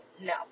no